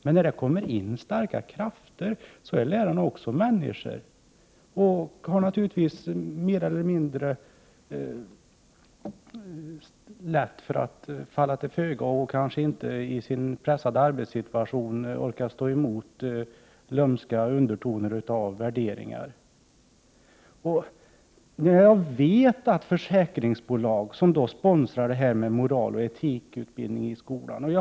Men när det kommer in starka krafter i skolan är lärarna också människor och har naturligtvis mer eller mindre lätt för att falla till föga och kanske inte i sin pressade arbetssituation orkar stå emot lömska undertoner i värderingar. 9” Vi vet att försäkringsbolag sponsrar moraloch etikutbildningen i skolan.